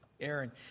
Aaron